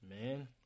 man